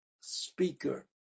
speaker